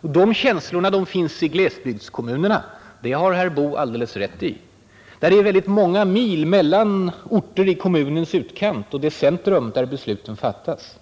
De känslorna finns i glesbygdskommunerna — det har herr Boo alldeles rätt i — där det är många mil mellan orter i kommunens utkant och dess centrum där besluten fattas.